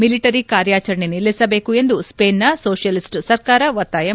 military ಕಾರ್ಯಾಚರಣೆ ನಿಲ್ಲಿಸಬೇಕು ಎಂದು ಸ್ವೇನ್ನ ಸೋಷಿಯಲಿಸ್ಸ್ ಸರ್ಕಾರ ಒತ್ತಾಯ ಮಾಡಿದೆ